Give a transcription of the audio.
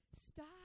Stop